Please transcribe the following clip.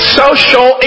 social